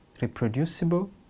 reproducible